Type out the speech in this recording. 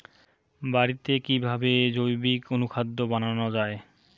বাড়িতে কিভাবে জৈবিক অনুখাদ্য বানানো যায়?